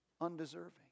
undeserving